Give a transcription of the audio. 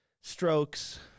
strokes